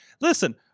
listen